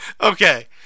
Okay